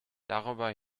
darüber